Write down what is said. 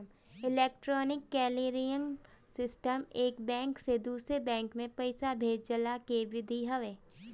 electronic clearing system एक bank से दूसरा बैंक में पईसा भेजला के विधि हवे